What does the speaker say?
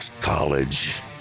college